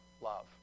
love